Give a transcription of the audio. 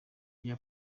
rye